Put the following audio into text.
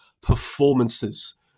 performances